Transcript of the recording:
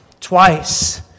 twice